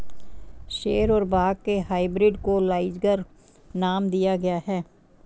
शेर और बाघ के हाइब्रिड को लाइगर नाम दिया गया है